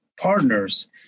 partners